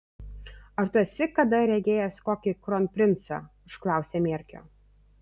ar tu esi kada regėjęs kokį kronprincą užklausė mierkio